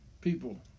people